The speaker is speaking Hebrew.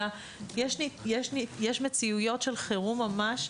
אלא יש מציאויות של חירום ממש.